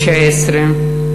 התשע-עשרה,